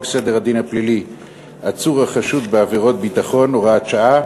סדר הדין הפלילי (עצור החשוד בעבירות ביטחון) (הוראת שעה).